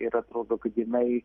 ir atrodo kad jinai